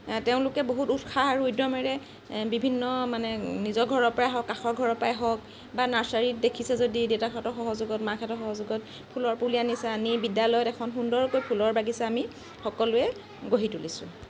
তেওঁলোকে বহুত উৎসাহ আৰু উদ্যমেৰে বিভিন্ন মানে নিজৰ ঘৰৰ পৰাই কাষৰ ঘৰৰ পৰাই হওক বা নাৰ্ছাৰীত দেখিছে যদি দেউতাকহঁতৰ সহযোগত মাকহঁতৰ সহযোগত ফুলৰ পুলি আনিছে আনি বিদ্যালয়ত এখন সুন্দৰকৈ ফুলৰ বাগিছা আমি সকলোৱে গঢ়ি তুলিছোঁ